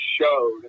showed